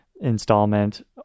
installment